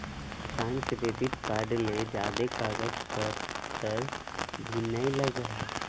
किसान credit card ले ज्यादे कागज पतर भी नय लगय हय